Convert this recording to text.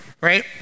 Right